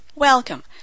Welcome